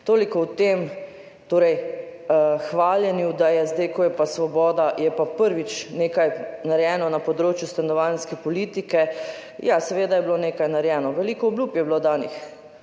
Toliko o tem hvaljenju, da je zdaj, ko je pa Svoboda, prvič nekaj narejeno na področju stanovanjske politike. Ja, seveda je bilo nekaj narejeno, veliko obljub je bilo danih,